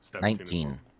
Nineteen